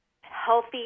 healthy